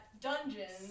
dungeons